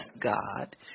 God